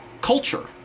culture